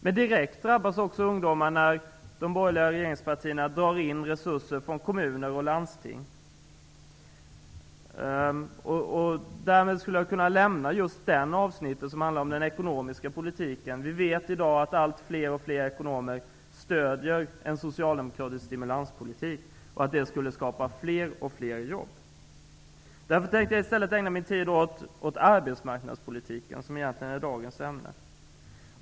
Men direkt drabbas också ungdomarna av att de borgerliga regeringspartierna drar in resurser från kommuner och landsting. Därmed skulle jag kunna lämna det avsnitt som handlar om den ekonomiska politiken. Vi vet att allt fler ekonomer stöder en socialdemokratisk stimulanspolitik och att den skulle skapa fler och fler jobb. Jag tänkte i stället ägna min tid åt arbetsmarknadspolitiken, som egentligen är dagens ämne.